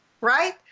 right